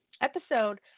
episode